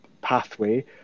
pathway